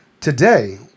Today